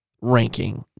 ranking